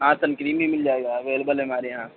ہاں sun cream بھی مل جائے گا اویلیبل ہے ہمارے یہاں